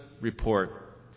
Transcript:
report